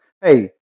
hey